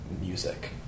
music